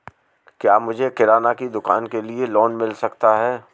क्या मुझे किराना की दुकान के लिए लोंन मिल सकता है?